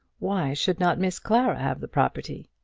why should not miss clara have the property?